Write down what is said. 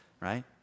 right